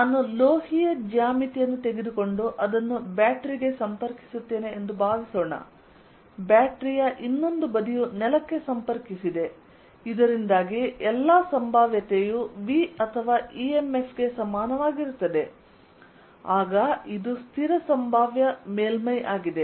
ನಾನು ಲೋಹೀಯ ಜ್ಯಾಮಿತಿಯನ್ನು ತೆಗೆದುಕೊಂಡು ಅದನ್ನು ಬ್ಯಾಟರಿ ಗೆ ಸಂಪರ್ಕಿಸುತ್ತೇನೆ ಎಂದು ಭಾವಿಸೋಣ ಬ್ಯಾಟರಿ ಯ ಇನ್ನೊಂದು ಬದಿಯು ನೆಲಕ್ಕೆ ಸಂಪರ್ಕಿಸಿದೆ ಇದರಿಂದಾಗಿ ಎಲ್ಲ ಸಂಭಾವ್ಯತೆಯು V ಅಥವಾ ಇಎಂಎಫ್ ಗೆ ಸಮಾನವಾಗಿರುತ್ತದೆ ಆಗ ಇದು ಸ್ಥಿರ ಸಂಭಾವ್ಯ ಮೇಲ್ಮೈಯಾಗಿದೆ